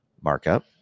markup